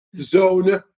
zone